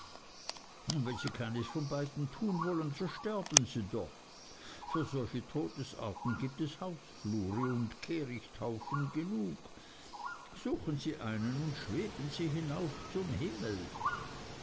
und wenn sie keines von beiden tun wollen so sterben sie doch für solche todesarten gibt es hausflure und kehrichthaufen genug suchen sie einen und schweben sie hinauf zum himmel